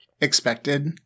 expected